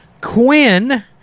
Quinn